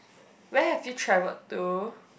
where have you travel to